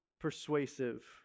persuasive